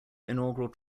inaugural